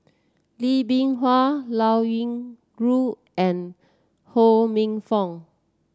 Lee Bee Wah Liao Yingru and Ho Minfong